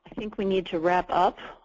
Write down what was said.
think we need to wrap up,